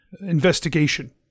investigation